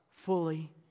Fully